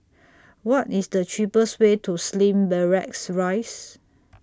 What IS The cheapest Way to Slim Barracks Rise